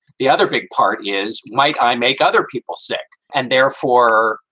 the other big part is, might i make other people sick? and therefore,